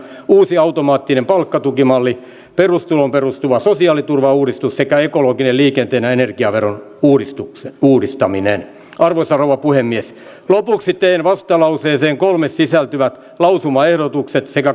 uusi automaattinen palkkatukimalli perustuloon perustuva sosiaaliturvauudistus sekä ekologinen liikenteen ja energiaveron uudistaminen arvoisa rouva puhemies lopuksi teen vastalauseeseen kolme sisältyvät lausumaehdotukset sekä